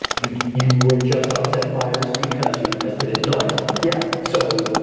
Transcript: you you were just on seth meyers because you invested in delectable. yeah so,